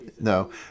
no